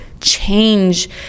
change